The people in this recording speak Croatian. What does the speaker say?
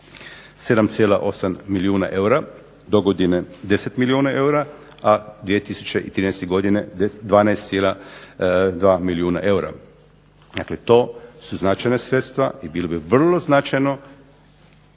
7,8 milijuna eura, dogodine 10 milijuna eura, a 2013. godine 12,2 milijuna eura. Dakle to su značajna sredstva, i bilo bi vrlo značajno